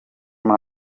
muri